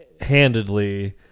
handedly